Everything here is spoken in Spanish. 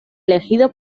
elegido